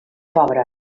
pobres